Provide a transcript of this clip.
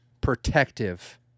protective